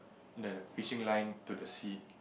the fishing line to the sea